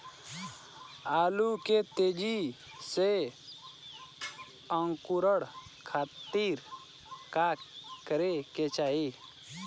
आलू के तेजी से अंकूरण खातीर का करे के चाही?